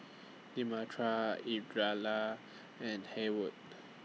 Demetria and Haywood